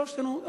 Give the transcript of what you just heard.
שלושתנו,